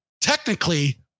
technically